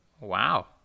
wow